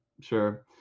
sure